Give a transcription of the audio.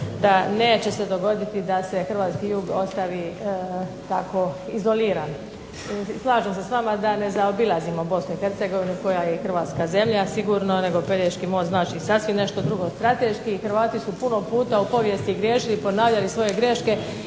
da neće se dogoditi da se hrvatski jug ostavi tako izoliran. Slažem se s vama da ne zaobilazimo BiH koja je Hrvatska zemlja sigurno nego Pelješki most znači sasvim nešto drugo. Strateški Hrvati su puno puta u povijesti griješili i ponavljali svoje greške